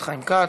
אורן,